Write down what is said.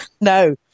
No